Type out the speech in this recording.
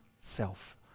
self